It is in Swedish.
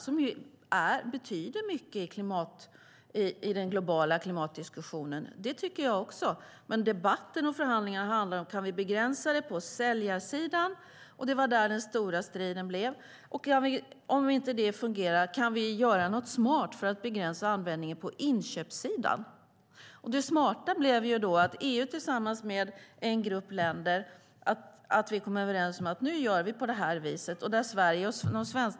De betyder visserligen mycket i den globala klimatdiskussionen, men debatten och förhandlingarna handlade om huruvida vi kan begränsa det på säljarsidan. Det var här den stora striden stod. Och om detta inte fungerar, kan vi då göra något smart för att begränsa användningen på inköpssidan? Det smarta blev att EU tillsammans med en grupp länder kom överens om att vi gör på detta vis.